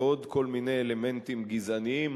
ועוד כל מיני אלמנטים גזעניים